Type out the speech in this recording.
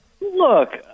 Look